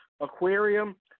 aquarium